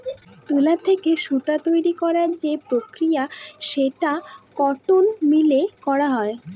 তুলা থেকে সুতা তৈরী করার যে প্রক্রিয়া সেটা কটন মিলে করা হয়